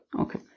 okay